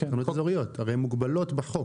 הרי הן מוגבלות בחוק.